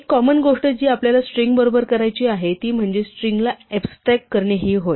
एक कॉमन गोष्ट जी आपल्याला स्ट्रिंग बरोबर करायची आहे ती म्हणजे स्ट्रिंगला एक्सट्रॅक्ट करणे हि होय